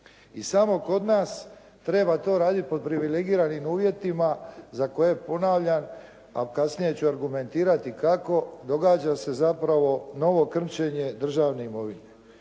I samo kod nas treba to raditi pod privilegiranim uvjetima za koje ponavljam, a kasnije ću argumentirati kako, događa se zapravo novo krmčenje državne imovine.